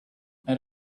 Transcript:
and